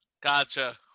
Gotcha